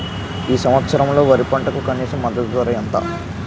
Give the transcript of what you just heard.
ఈ సంవత్సరంలో వరి పంటకు కనీస మద్దతు ధర ఎంత?